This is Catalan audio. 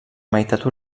meitat